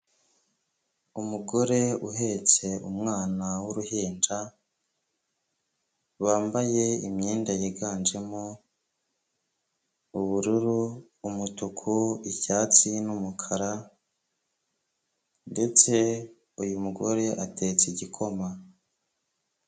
Umugore uhetse umwana w'uruhinja wambaye imyenda yiganjemo ubururu, umutuku, icyatsi n'umukara ndetse uyu mugore atetse igikoma.